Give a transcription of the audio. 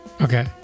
Okay